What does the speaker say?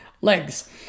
legs